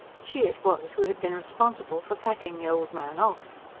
she it was who had been responsible for packing the old man off.